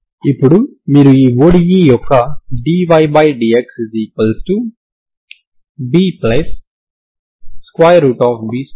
ఇప్పుడు మీరు ఈ సమస్యకు ఇదొక్కటే పరిష్కారమా అని తెలుసుకోవాలనుకుంటున్నారు సరేనా